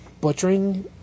butchering